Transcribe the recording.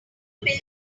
gonna